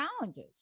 challenges